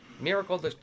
Miracle